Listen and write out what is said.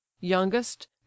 youngest